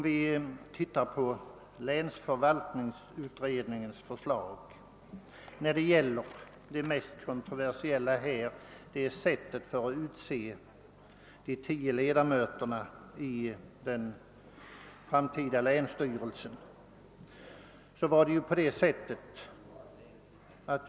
Vad beträffar länsförvaltningsutredningens förslag är den mest kontroversiella frågan sättet att utse de tio ledamöterna i den framtida länsstyrelsen.